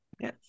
Yes